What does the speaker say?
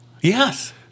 Yes